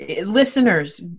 Listeners